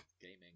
gaming